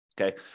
Okay